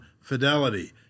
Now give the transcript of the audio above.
Fidelity